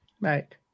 right